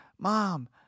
Mom